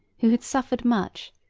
who had suffered much,